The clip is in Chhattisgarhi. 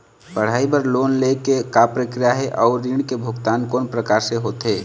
पढ़ई बर लोन ले के का प्रक्रिया हे, अउ ऋण के भुगतान कोन प्रकार से होथे?